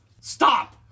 Stop